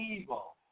evil